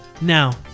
Now